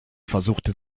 versuchte